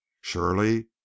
surely